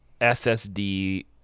SSD